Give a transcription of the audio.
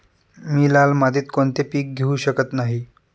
मी लाल मातीत कोणते पीक घेवू शकत नाही?